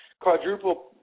quadruple